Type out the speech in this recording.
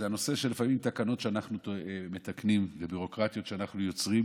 וזה הנושא שלפעמים תקנות שאנחנו מתקנים וביורוקרטיות שאנחנו יוצרים,